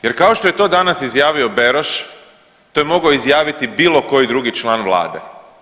Jer kao što je to danas izjavio Beroš to je mogao izjaviti bilo koji drugi član Vlade.